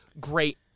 great